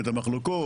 את המחלוקות,